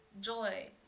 joy